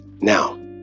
Now